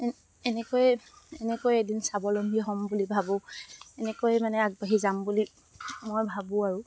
এনেকৈয়ে এনেকৈ এদিন স্বাৱলম্বী হ'ম বুলি ভাবোঁ এনেকৈয়ে মানে আগবাঢ়ি যাম বুলি মই ভাবোঁ আৰু